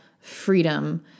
freedom